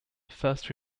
first